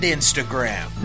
Instagram